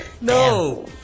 No